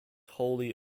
wholly